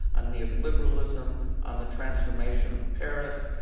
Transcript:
on neoliberalism, on the transformation of paris,